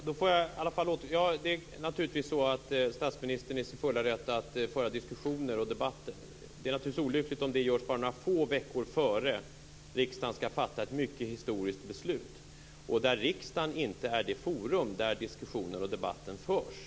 Herr talman! Det är naturligtvis så att statsministern är i sin fulla rätt att föra diskussioner och debatter. Men det är naturligtvis olyckligt om det görs bara några få veckor före det att riksdagen skall fatta ett mycket historiskt beslut och om riksdagen inte är det forum där diskussionen och debatten förs.